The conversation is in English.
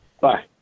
Bye